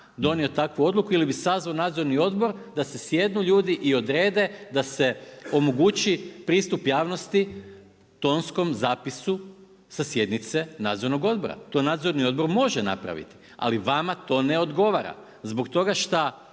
donio takvu odluku ili bi sazvao nadzorni odbor da se sjednu ljudi i odrede da se omogući pristup javnosti tonskom zapisu sa sjednice Nadzornog odbora. Nadzorni odbor može napraviti ali vama to ne odgovara zbog toga šta,